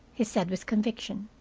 he said, with conviction.